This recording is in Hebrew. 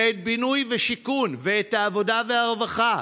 ואת בינוי ושיכון, ואת העבודה והרווחה,